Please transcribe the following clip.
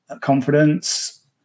confidence